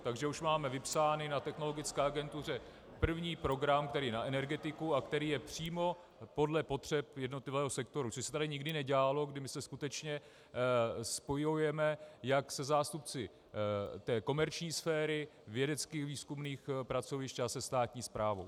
Takže už máme vypsán na Technologické agentuře první program, který je na energetiku a který je přímo podle potřeb jednotlivého sektoru, což se tady nikdy nedělalo, kdy my se skutečně spojujeme jak se zástupci komerční sféry, vědeckovýzkumných pracovišť a se státní správou.